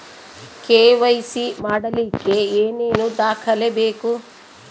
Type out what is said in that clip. KYC ಮಾಡಲಿಕ್ಕೆ ಏನೇನು ದಾಖಲೆಬೇಕು?